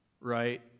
right